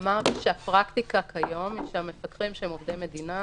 אמרתי שהפרקטיקה כיום היא שהמפקחים שהם עובדי מדינה